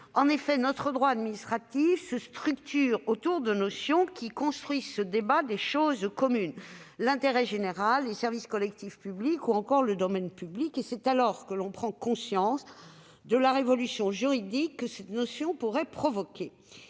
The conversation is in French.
En effet, notre droit administratif se structure autour de notions qui construisent ce débat des « choses communes »: l'intérêt général, les services collectifs publics ou encore le domaine public. Et c'est alors que l'on prend conscience de la révolution juridique que cette notion pourrait provoquer.